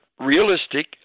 realistic